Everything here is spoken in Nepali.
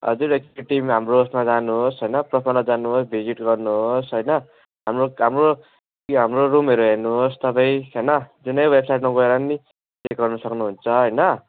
हजुर एकचोटि हाम्रो उयसमा जानुहोस् होइन प्रोफाइलमा जानुहोस् भिजिट गर्नुहोस् होइन हाम्रो हाम्रो यो हाम्रो रुमहरू हेर्नुहोस् तपाईँ होइन जुनै वेबसाइटमा गएर पनि चेक गर्नु सक्नुहुन्छ होइन